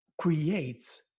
creates